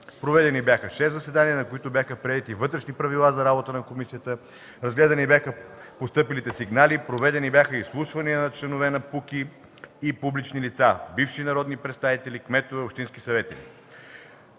Проведени бяха шест заседания, на които са приети Вътрешни правила за работа на комисията; разгледани бяха постъпилите сигнали в комисията; проведени бяха изслушвания на членовете на КПУКИ и публични лица – бивши народни представители, кметове, общински съветници.